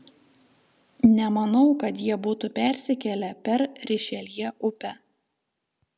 nemanau kad jie būtų persikėlę per rišeljė upę